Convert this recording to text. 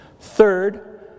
Third